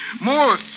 more